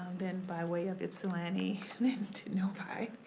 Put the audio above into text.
then by way of ypsilanti, then to novi.